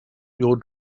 your